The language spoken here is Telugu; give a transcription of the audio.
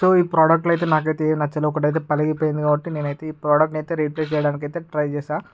సో ఈ ప్రొడక్టులు అయితే నాకైతే ఏమి నచ్చలేదు ఒకటి అయితే పగిలిపోయింది కాబట్టి నేను అయితే ఈ ప్రొడక్టును అయితే రీప్లేస్ చేయడానికి అయితే ట్రై చేసా